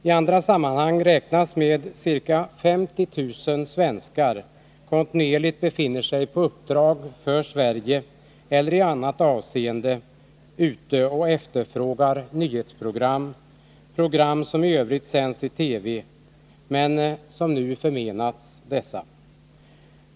I andra sammanhang räknar man med att ca 50 000 svenskar kontinuerligt befinner sig exempelvis på uppdrag för Sverige och då efterfrågar nyhetsprogram eller program som i övrigt sänds i Sverige — program som man emellertid förmenas att ta del av.